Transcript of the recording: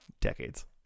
decades